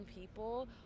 people